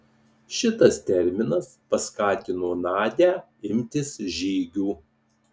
šitas terminas paskatino nadią imtis žygių